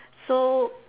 so